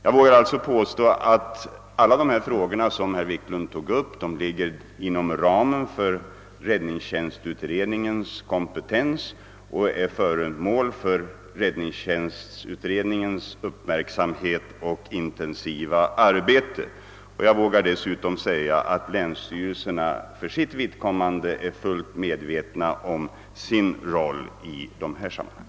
Alla de frågor som herr Wiklund i Härnösand tog upp ligger sålunda inom ramen för räddningstjänstutredningens kompetens och är föremål för dess uppmärksamhet och intensiva arbete. Jag vågar dessutom säga att länsstyrelserna är fullt medvetna om sin roll i dessa sammanhang.